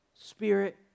Spirit